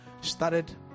started